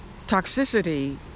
toxicity